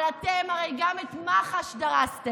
אבל אתם הרי גם את מח"ש דרסתם,